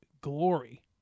glory